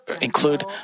include